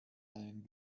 einen